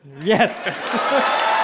Yes